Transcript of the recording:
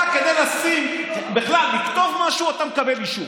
אתה בכלל כדי לכתוב משהו אתה מקבל אישור.